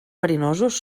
verinosos